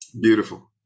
beautiful